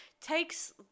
takes